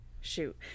Shoot